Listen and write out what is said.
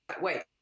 wait